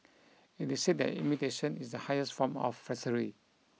it is said that imitation is the highest form of flattery